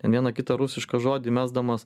ten vieną kitą rusišką žodį mesdamas